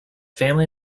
family